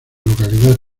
localidad